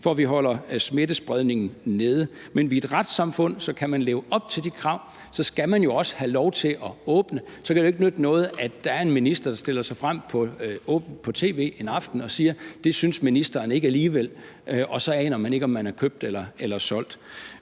at vi holder smittespredningen nede. Men vi er et retssamfund, så kan man leve op til de krav, skal man jo også have lov til at åbne. Så kan det jo ikke nytte noget, at der er en minister, der stiller sig frem på tv en aften og siger, at det synes ministeren ikke alligevel, og så aner man ikke, om man er købt eller solgt.